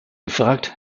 gefragt